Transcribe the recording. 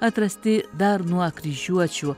atrasti dar nuo kryžiuočių